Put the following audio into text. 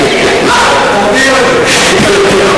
שם יהודי לעספיא.